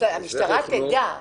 המשטרה תדע.